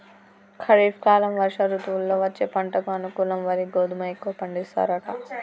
ఖరీఫ్ కాలం వర్ష ఋతువుల్లో వచ్చే పంటకు అనుకూలం వరి గోధుమ ఎక్కువ పండిస్తారట